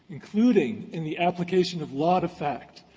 including in the application of law to fact,